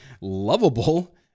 lovable